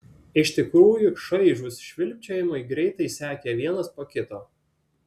iš tikrųjų šaižūs švilpčiojimai greitai sekė vienas po kito